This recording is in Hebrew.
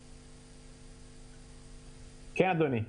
כן, אדוני.